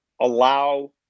allow